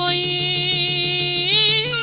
e